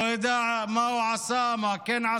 לא יודע מה הוא כן עשה,